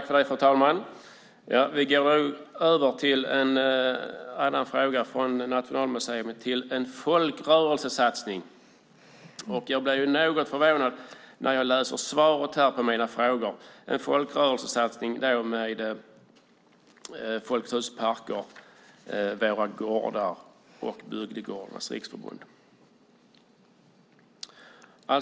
Fru talman! Vi går nu över till en annan fråga, från Nationalmuseum till en folkrörelsesatsning. Jag blir något förvånad när jag får svaret på mina frågor. Det är en folkrörelsesatsning med Folkets Hus och Parker, Våra Gårdar och Bygdegårdarnas Riksförbund.